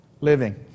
living